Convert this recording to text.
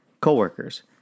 coworkers